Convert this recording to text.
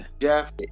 Jeff